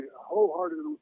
wholeheartedly